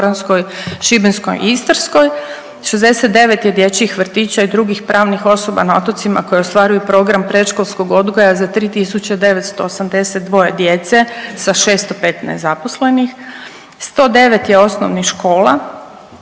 Šibenskoj i Istarskoj. 69 je dječjih vrtića i drugih pravnih osoba na otocima koje ostvaruju program predškolskog odgoja za 3.982 djece sa 615 zaposlenih. 109 je osnovnih škola